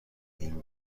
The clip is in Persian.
این